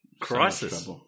Crisis